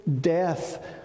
death